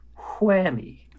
whammy